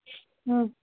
હં